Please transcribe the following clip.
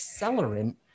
accelerant